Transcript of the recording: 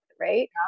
Right